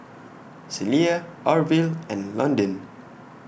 Celia Arvil and Londyn